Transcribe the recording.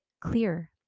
clear